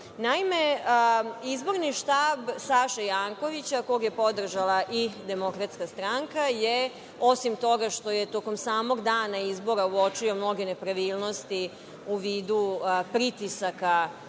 DS.Naime, izborni štab Saše Jankovića, koga je podržala i DS, je osim toga što je tokom samog dana izbora uočio mnoge nepravilnosti u vidu pritisaka